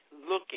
looking